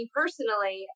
personally